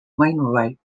wainwright